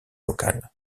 local